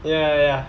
ya ya